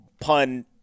Pun